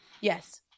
Yes